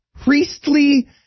priestly